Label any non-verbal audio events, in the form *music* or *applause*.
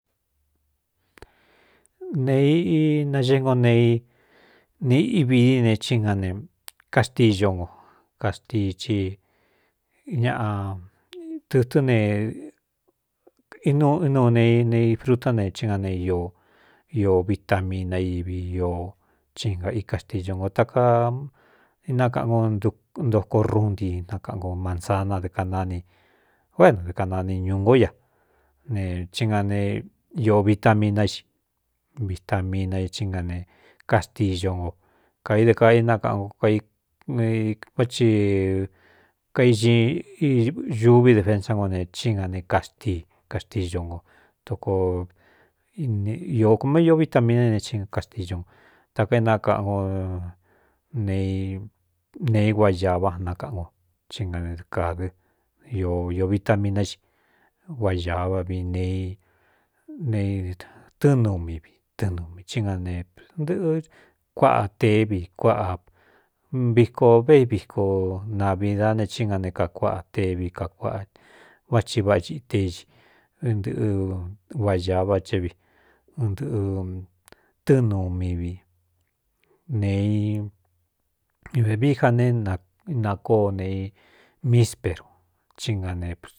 Nenaxee ngo nei ne ividine í na ne kaxtíyo nko kaxtiici ñaꞌa tɨtɨ́n neinuu nei nei frután ne í na ne i vita mina ívi ínga ikaxtiyo nkō taka inakaꞌan ko ntoko runti nakaꞌan ko mansa nadɨ kanani o éadɨ kanani ñuu ngó ña ne í na ne vita mina i vitamina a í na ne kaxtiyo nko kāi de kaa inakꞌan k váti kaíxi uvi defensá nko ne í nga ne kaxtii kaxtiyo nko tokoo koma i vita mina ine ína kaxtiyu nko takaa énákaꞌan ko nee *hesitation* i gua ya váꞌa nakaꞌan ko í na neɨkādɨ vitaminá xi ua ya váꞌvi neei netɨ́ɨn nuu mi vi tɨɨnumi í na ne ɨntɨꞌɨ kuāꞌa tevi kuáꞌa viko vé i viko navi dá ne chí nga ne kakuaꞌa tevi kakuaꞌa vá thi váꞌxi te i nɨꞌɨ ua ya váꞌ ca ɨdɨꞌɨ tɨ́ɨn nuu mivi nee ivevií ja ne inakóo neei míisperuu í na ne.